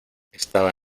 estaba